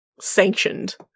sanctioned